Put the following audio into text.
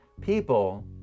people